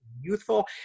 youthful